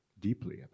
deeply